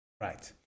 right